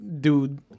dude